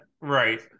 right